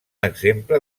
exemple